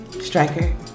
Striker